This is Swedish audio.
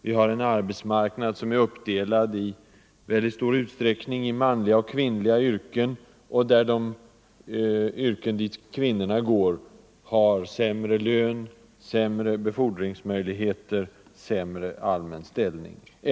Vi har en arbetsmarknad som i mycket stor utsträckning är uppdelad i manliga och kvinnliga yrken, där de yrken dit kvinnorna går har sämre lön, sämre befordringsmöjligheter och sämre allmän ställning och inflytande.